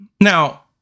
Now